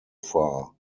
far